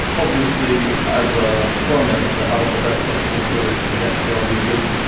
obviously as a foreign editor i want the best possible story i can get for our readers.